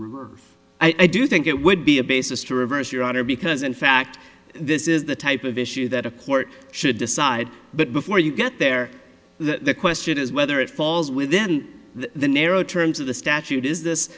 do i do think it would be a basis to reverse your honor because in fact this is the type of issue that a court should decide but before you get there the question is whether it falls within the narrow terms of the statute is this